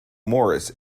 morris